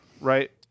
right